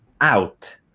out